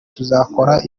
tuzakora